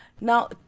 Now